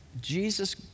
Jesus